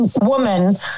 woman